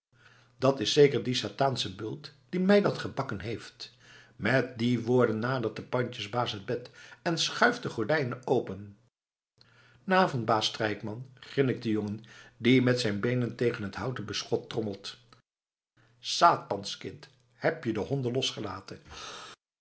dat is zeker die satansche bult die mij dat gebakken heeft met die woorden nadert de pandjesbaas het bed en schuift de gordijnen open n avond baas strijkman grinnikt de jongen die met zijn beenen tegen het houten beschot trommelt satanskind heb jij die honden losgelaten